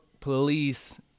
police